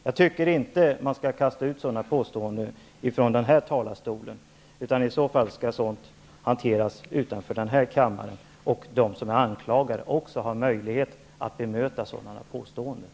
Jag tycker inte att man skall kasta ut sådana påståenden från den här talarstolen. Sådant skall hanteras utanför den här kammaren, där de som är anklagade har möjlighet att bemöta påståendena.